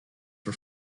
for